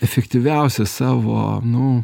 efektyviausią savo nu